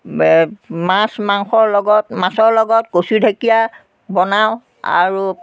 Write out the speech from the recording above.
মাছ মাংসৰ লগত মাছৰ লগত কচু ঢেকীয়া বনাওঁ আৰু